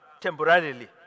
temporarily